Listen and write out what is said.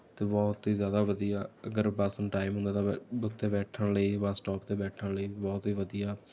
ਅਤੇ ਬਹੁਤ ਹੀ ਜ਼ਿਆਦਾ ਵਧੀਆ ਅਗਰ ਬੱਸ ਨੂੰ ਟਾਈਮ ਉੱਥੇ ਬੈਠਣ ਲਈ ਬੱਸ ਸਟੋਪ 'ਤੇ ਬੈਠਣ ਲਈ ਬਹੁਤ ਹੀ ਵਧੀਆ